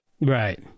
Right